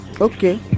okay